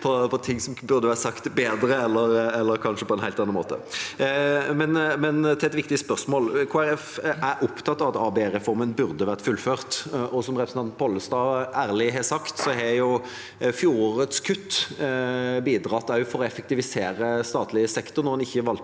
– ting som burde vært sagt bedre eller kanskje på en helt annen måte. Men over til et viktig spørsmål: Kristelig Folkeparti er opptatt av at ABE-reformen burde vært fullført. Som representanten Pollestad ærlig har sagt, har fjorårets kutt også bidratt til å effektivisere statlig sektor når en valgte